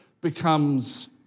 becomes